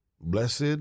Blessed